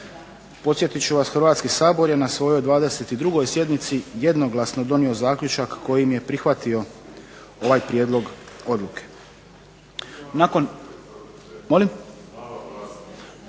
Podsjetit ću vas Hrvatski sabor je na svojoj 22. sjednici jednoglasno donio zaključak kojim je prihvatio ovaj prijedlog odluke.